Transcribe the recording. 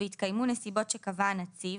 והתקיימו נסיבות שקבע הנציב,